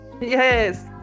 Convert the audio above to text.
Yes